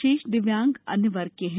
शेष दिव्यांग अन्य वर्ग के हैं